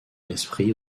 l’esprit